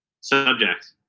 subject